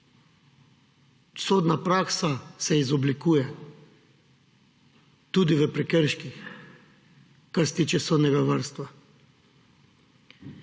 Sodna praksa se izoblikuje tudi v prekrških, kar se tiče sodnega varstva.